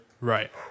Right